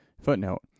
Footnote